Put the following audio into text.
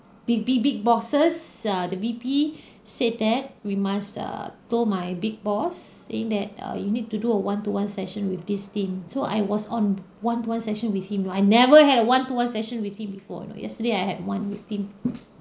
big big big bosses err the V_P said that we must err told my big boss saying that err you need to do a one to one session with this team so I was on one to one session with him I never had a one to one session with him before you know yesterday I had one with him